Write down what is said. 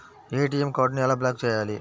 ATM కార్డుని ఎలా block చేయాలి?